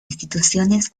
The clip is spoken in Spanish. instituciones